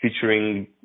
featuring